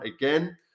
again